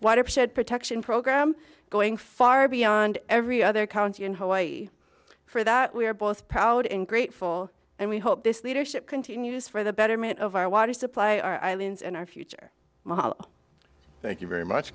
watershed protection program going far beyond every other county and hawaii for that we are both proud and grateful and we hope this leadership continues for the betterment of our water supply our islands and our future thank you very much